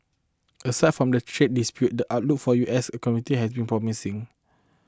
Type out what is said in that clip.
aside from the trade dispute the outlook for U S economy has been promising